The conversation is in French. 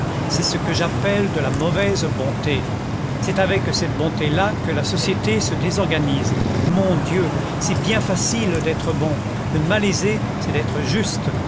c'est ce que j'appelle de la mauvaise bonté c'est avec cette bonté là que la société se désorganise mon dieu c'est bien facile d'être bon le malaisé c'est d'être juste